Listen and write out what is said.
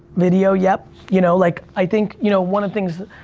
video, yep. you know, like i think, you know, one of the things